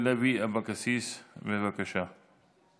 התרבות